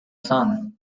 son